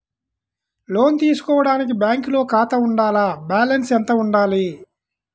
లోను తీసుకోవడానికి బ్యాంకులో ఖాతా ఉండాల? బాలన్స్ ఎంత వుండాలి?